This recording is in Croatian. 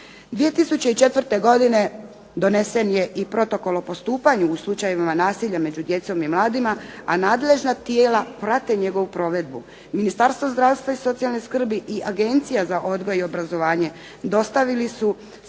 2004. godine donesen je i Protokol o postupanju u slučajevima nasilja među djecom i mladima, a nadležna tijela prate njegovu provedu. Ministarstvo zdravstva i socijalne skrbi i Agencija za odgoj i obrazovanje, dostavili su